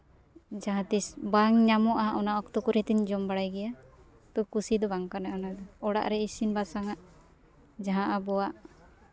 ᱡᱟᱦᱟᱸᱛᱤᱥ ᱵᱟᱝ ᱧᱟᱢᱚᱜᱼᱟ ᱚᱱᱟ ᱚᱠᱚᱛ ᱠᱚᱨᱮ ᱫᱩᱧ ᱡᱚᱢ ᱵᱟᱲᱟᱭ ᱜᱮᱭᱟ ᱛᱚ ᱠᱩᱥᱤ ᱫᱚ ᱵᱟᱝᱠᱟᱱᱟ ᱫᱚ ᱚᱲᱟᱜ ᱨᱮ ᱤᱥᱤᱱ ᱵᱟᱥᱟᱝᱟᱜ ᱡᱟᱦᱟᱸ ᱟᱵᱚᱣᱟᱜ